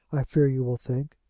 i fear you will think.